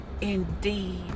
indeed